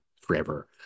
forever